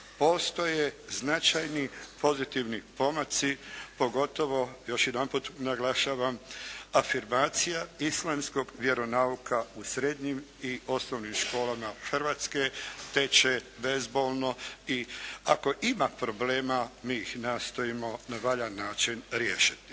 postoje značajni pozitivni pomaci pogotovo još jedanput naglašavam afirmacija islamskog vjeronauka u srednjim i osnovnim školama Hrvatske teče bezbolno i ako ima problema mi ih nastojimo na valjan način riješiti.